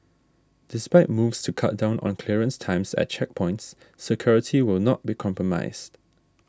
despite moves to cut down on clearance times at checkpoints security will not be compromised